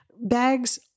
bags